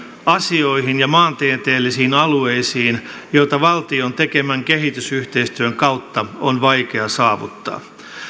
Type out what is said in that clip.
asioihin ja maantieteellisiin alueisiin joita valtion tekemän kehitysyhteistyön kautta on vaikea saavuttaa